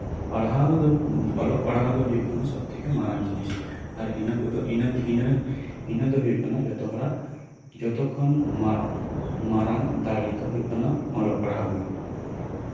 ᱚᱞᱚᱜ ᱯᱟᱲᱦᱟᱣ ᱫᱚ ᱦᱩᱭᱩᱜ ᱠᱟᱱᱟ ᱡᱚᱛᱚᱠᱷᱚᱱ ᱢᱟᱨᱟᱝ ᱡᱤᱱᱤᱥ ᱟᱨ ᱤᱱᱟᱹ ᱠᱚᱫᱚ ᱤᱱᱟᱹ ᱫᱚ ᱦᱩᱭᱩᱜ ᱠᱟᱱᱟ ᱡᱚᱛᱚ ᱦᱚᱲᱟᱜ ᱡᱚᱛᱚ ᱠᱷᱚᱱ ᱢᱟᱨᱟᱝ ᱫᱟᱲᱮᱹ ᱫᱚ ᱦᱩᱭᱩᱜ ᱠᱟᱱᱟ ᱚᱞᱚᱜ ᱯᱟᱲᱦᱟᱣ ᱜᱮ